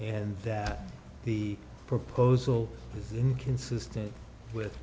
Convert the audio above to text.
and that the proposal is inconsistent with